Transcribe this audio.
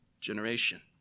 generation